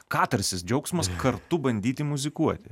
katarsis džiaugsmas kartu bandyti muzikuoti